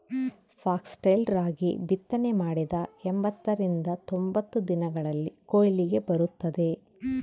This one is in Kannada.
ಫಾಕ್ಸ್ಟೈಲ್ ರಾಗಿ ಬಿತ್ತನೆ ಮಾಡಿದ ಎಂಬತ್ತರಿಂದ ತೊಂಬತ್ತು ದಿನಗಳಲ್ಲಿ ಕೊಯ್ಲಿಗೆ ಬರುತ್ತದೆ